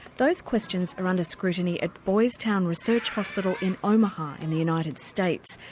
those questions are under scrutiny at boys town research hospital in omaha in the united states,